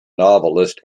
novelist